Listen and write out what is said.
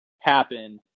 happen